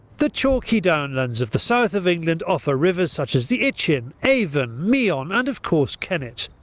the chalky downlands of the south of england offer rivers such as the itchen, avon, meon and of course kennet.